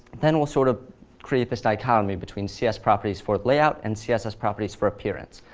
then we'll sort of create this dichotomy between cs properties for layout and css properties for appearance.